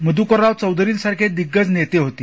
मधुकरराव चौधरींसारखे दिग्गज नेते होते